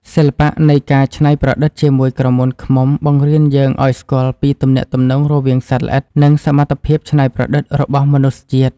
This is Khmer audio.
សិល្បៈនៃការច្នៃប្រឌិតជាមួយក្រមួនឃ្មុំ បង្រៀនយើងឱ្យស្គាល់ពីទំនាក់ទំនងរវាងសត្វល្អិត និង សមត្ថភាពច្នៃប្រឌិតរបស់មនុស្សជាតិ។